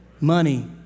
money